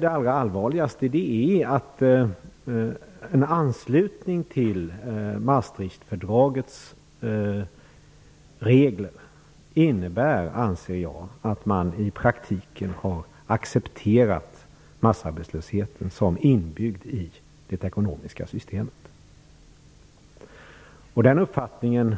Det allra allvarligaste är att en anslutning till Maastrichtfördragets regler innebär, anser jag, att man i praktiken har accepterat massarbetslösheten som inbyggd i det ekonomiska systemet. Där har jag samma uppfattning som